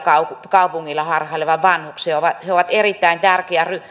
kaupungilla harhailevan vanhuksen he ovat erittäin tärkeä